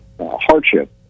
hardship